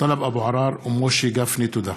טלב אבו עראר ומשה גפני בנושא: